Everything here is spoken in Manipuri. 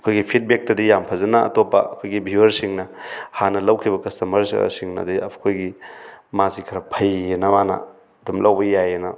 ꯑꯩꯈꯣꯏꯒꯤ ꯐꯤꯗꯕꯦꯛꯇꯗꯤ ꯌꯥꯃ ꯐꯖꯅ ꯑꯩꯇꯣꯞꯄ ꯑꯩꯈꯣꯏꯒꯤ ꯚ꯭ꯌꯨꯋꯔꯁꯤꯡꯅ ꯍꯥꯟꯅ ꯂꯧꯈꯤꯕ ꯀꯁꯇꯃꯔꯁꯤꯡꯅ ꯑꯗꯒꯤ ꯑꯩꯈꯣꯏꯒꯤ ꯃꯥꯁꯤ ꯈꯔ ꯐꯩꯑꯅ ꯃꯥꯅ ꯑꯗꯨꯝ ꯂꯧꯕ ꯌꯥꯏꯑꯅ